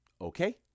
Okay